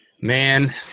man